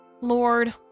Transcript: Lord